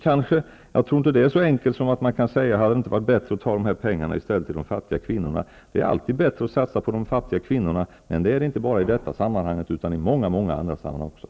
Jag tror inte att det är så enkelt som att säga: Hade det inte varit bättre att i stället ta dessa pengar och ge dem till de fattiga kvinnorna? Det är alltid bättre att satsa på de fattiga kvin norna, men det gäller inte bara i detta sammanhang utan även i många andra sammanhang.